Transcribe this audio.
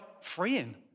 freeing